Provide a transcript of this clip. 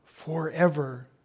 Forever